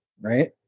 right